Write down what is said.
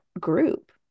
group